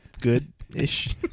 good-ish